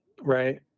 right